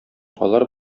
алар